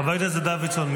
חבר הכנסת דוידסון,